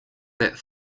that